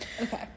okay